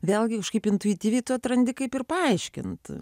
vėlgi kažkaip intuityviai tu atrandi kaip ir paaiškint